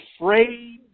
afraid